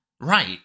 Right